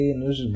nos